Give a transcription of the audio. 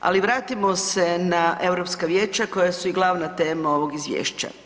Ali vratimo se na Europska vijeća koja su i glavna tema ovog izvješća.